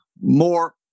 more